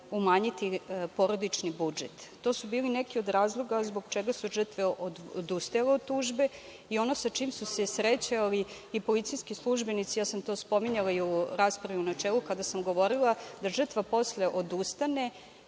umanjiti porodični budžet. To su bili neki od razloga zbog čega su žrtve odustajale od tužbe i ono sa čim su se sretali i policijski službenici, ja sam to spominjala i u raspravi u načelu kada sam govorila, da žrtva posle odustane